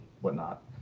whatnot